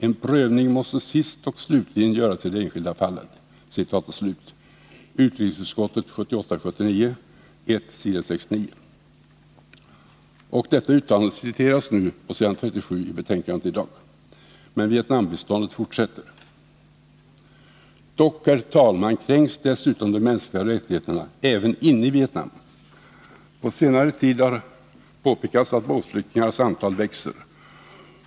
”En prövning måste sist och sluligen göras i de enskilda fallen.” Detta citat är hämtat ur utrikesutskottets betänkande 1978/79:1 s. 69. Uttalandet citeras nu på s. 37 i dagens betänkande. Men Vietnambiståndet fortsätter! Dock kränks dessutom de mänskliga rättigheterna även inne i Vietnam. På senare tid har rapporterats att båtflyktingarnas antal växer.